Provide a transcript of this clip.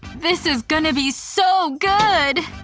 this is gonna be so good!